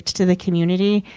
to the community.